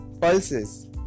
pulses